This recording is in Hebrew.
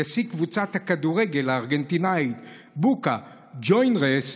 נשיא קבוצת הכדורגל הארגנטינאית בוקה ג'ויינרס,